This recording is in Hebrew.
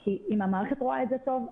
כי אם המערכת רואה את זה טוב,